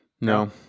No